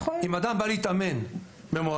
אם אדם בא להתאמן במועדון,